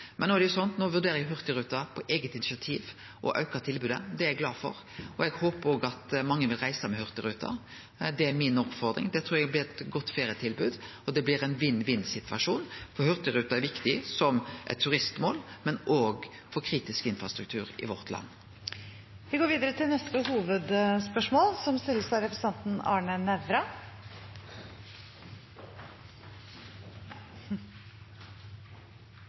Men no vurderer jo Hurtigruten på eige initiativ å auke tilbodet. Det er eg glad for, og eg håpar at mange vil reise med Hurtigruten. Det er mi oppfordring. Det trur eg vil bli eit godt ferietilbod, og det blir ein vinn-vinn-situasjon. For Hurtigruten er viktig som eit turistmål, men òg for kritisk infrastruktur i vårt land. Vi går videre til neste hovedspørsmål. Skal Norge miste kontrollen over sin egen jernbane? Det er det store spørsmålet som